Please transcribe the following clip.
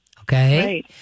Okay